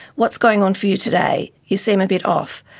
what's going on for you today, you seem a bit off,